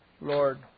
Lord